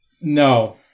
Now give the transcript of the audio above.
No